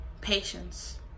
patience